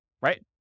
right